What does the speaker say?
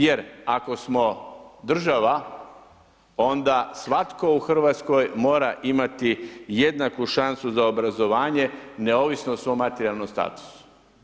Jer, ako smo država, onda svatko u Hrvatskoj mora imati jednaku šansu za obrazovanje, neovisno o svom materijalnom statusu.